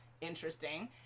Interesting